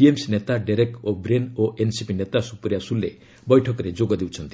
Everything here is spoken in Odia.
ଟିଏମ୍ସି ନେତା ଡେରେକ୍ ଓ'ବ୍ରିଏନ୍ ଓ ଏନ୍ସିପି ନେତା ସୁପ୍ରିୟା ସୁଲେ ବୈଠକରେ ଯୋଗ ଦେଇଛନ୍ତି